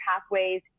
pathways